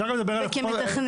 אפשר גם לדבר על בתי חולים.